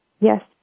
Yes